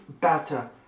better